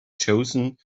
chosen